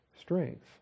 strength